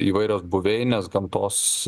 įvairios buveinės gamtos